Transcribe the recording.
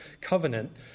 covenant